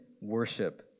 worship